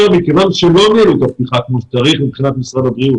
מכיוון שלא ניהלו את הפתיחה כמו שצריך מבחינת משרד הבריאות.